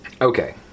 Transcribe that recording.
Okay